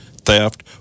theft